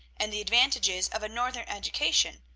and the advantages of a northern education,